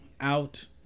out